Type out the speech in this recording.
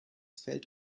fällt